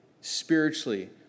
spiritually